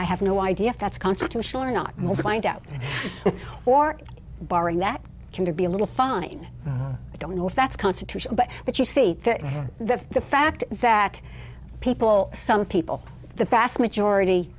i have no idea if that's constitutional or not most find out or barring that can be a little fine i don't know if that's constitutional but but you see the fact that people some people the vast majority